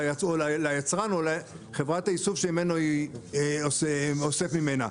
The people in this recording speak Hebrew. ליצרן או לחברת האיסוף שאוסף ממנה.